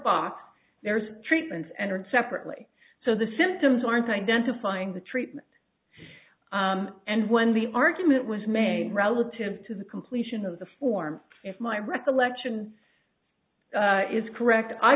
box there's treatments entered separately so the symptoms aren't identifying the treatment and when the argument was made relative to the completion of the form if my recollection is correct i